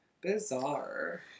Bizarre